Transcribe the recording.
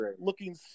looking